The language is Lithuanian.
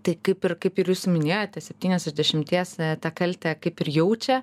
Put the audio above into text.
tai kaip ir kaip ir jūs minėjote septynios iš dešimties tą kaltę kaip ir jaučia